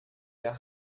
der